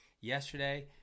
Yesterday